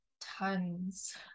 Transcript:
tons